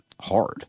hard